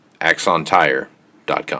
axontire.com